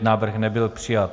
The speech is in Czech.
Návrh nebyl přijat.